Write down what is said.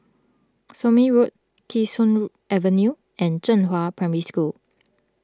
Somme Road Kee Sun Avenue and Zhenghua Primary School